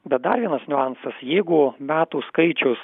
bet dar vienas niuansas jeigu metų skaičius